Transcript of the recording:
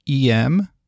EM